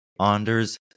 Anders